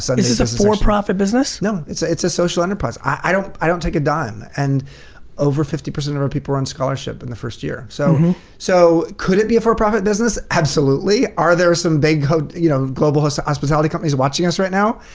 so this this a for-profit business? no, it's a it's a social enterprise. i don't i don't take a damn and over fifty percent of our people are on scholarship in the first year, so so could it be a for-profit business absolutely? are there some big you know global hospitality companies watching us right now?